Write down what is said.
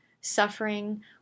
suffering